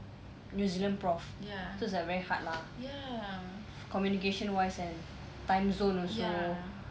new zealand prof so it's like very hard lah communication wise and timezone also